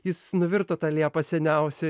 jis nuvirto tą liepą seniausiai